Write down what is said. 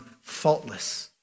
faultless